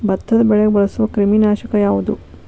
ಭತ್ತದ ಬೆಳೆಗೆ ಬಳಸುವ ಕ್ರಿಮಿ ನಾಶಕ ಯಾವುದು?